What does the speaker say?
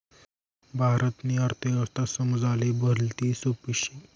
भारतनी अर्थव्यवस्था समजाले भलती सोपी शे